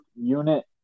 unit